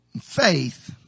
Faith